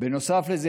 נוסף לזה,